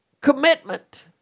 commitment